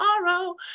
tomorrow